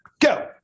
go